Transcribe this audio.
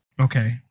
Okay